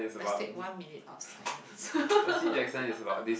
let's take one minute of silence